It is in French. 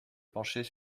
pencher